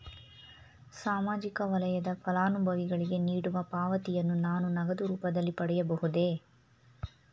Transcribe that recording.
ಸಾಮಾಜಿಕ ವಲಯದ ಫಲಾನುಭವಿಗಳಿಗೆ ನೀಡುವ ಪಾವತಿಯನ್ನು ನಾನು ನಗದು ರೂಪದಲ್ಲಿ ಪಡೆಯಬಹುದೇ?